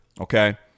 Okay